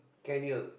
Kent Hill